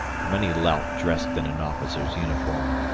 from any lout dressed in an officer's uniform.